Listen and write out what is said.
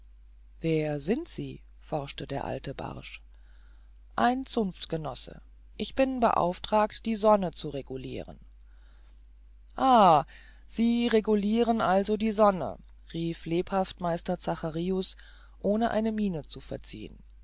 wer sind sie forschte der alte barsch ein zunftgenosse ich bin beauftragt die sonne zu reguliren ah sie reguliren also die sonne rief lebhaft meister zacharius ohne eine miene zu verziehen